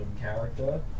character